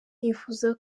nifuza